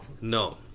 No